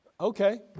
Okay